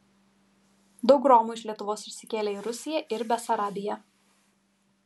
daug romų iš lietuvos išsikėlė į rusiją ir besarabiją